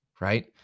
right